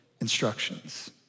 instructions